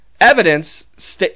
evidence